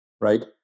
right